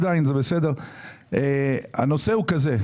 הנושא הוא כזה.